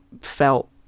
felt